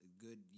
good